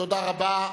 תודה רבה.